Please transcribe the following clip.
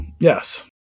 Yes